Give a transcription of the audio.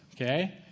Okay